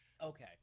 Okay